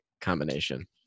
combination